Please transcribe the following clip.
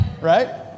Right